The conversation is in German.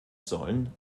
sollen